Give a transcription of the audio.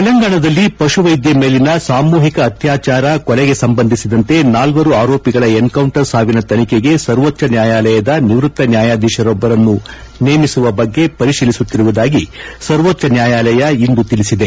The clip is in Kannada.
ತೆಲಂಗಾಣದಲ್ಲಿ ಪಶುವೈದ್ಯೆ ಮೇಲಿನ ಸಾಮೂಹಿಕ ಅತ್ಯಾಚಾರ ಕೊಲೆಗೆ ಸಂಬಂಧಿಸಿದಂತೆ ನಾಲ್ವರು ಆರೋಪಿಗಳ ಎನ್ಕೌಂಟರ್ ಸಾವಿನ ತನಿಖೆಗೆ ಸರ್ವೋಚ್ದ ನ್ಯಾಯಾಲದ ನಿವೃತ್ತ ನ್ಯಾಯಾಧೀಶರೊಬ್ಬರನ್ನು ನೇಮಿಸುವ ಬಗ್ಗೆ ಪರಿತೀಲಿಸುತ್ತಿರುವುದಾಗಿ ಸರ್ವೋಚ್ದ ನ್ಯಾಯಾಲಯ ಇಂದು ತಿಳಿಸಿದೆ